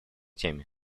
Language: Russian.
теме